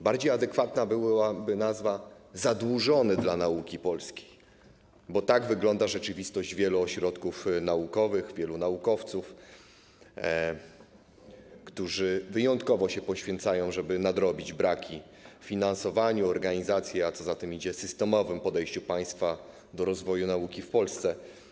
Bardziej adekwatna byłaby nazwa: zadłużony dla nauki polskiej, bo tak wygląda rzeczywistość wielu ośrodków naukowych, wielu naukowców, którzy wyjątkowo się poświęcają, żeby nadrobić braki w finansowaniu organizacji, a co za tym idzie, systemowym podejściu państwa do rozwoju nauki w Polsce.